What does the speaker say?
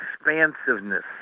expansiveness